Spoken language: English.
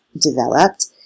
developed